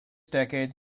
decades